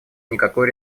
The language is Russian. никакой